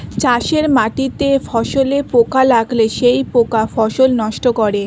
চাষের মাটিতে ফসলে পোকা লাগলে সেই পোকা ফসল নষ্ট করে